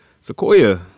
Sequoia